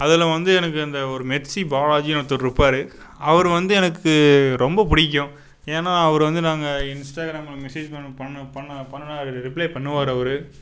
அதில் வந்து எனக்கு அந்த ஒரு மெர்ச்சி பாலாஜினு ஒருத்தர் இருப்பார் அவர் வந்து எனக்கு ரொம்ப பிடிக்கும் ஏனால் அவர் வந்து நாங்கள் இன்ஸ்ட்டாகிராமில் மெசேஜ் பண்ணு பண்ணு பண்ணிணா பண்ணினா அதுக்கு ரிப்ளே பண்ணுவார் அவர்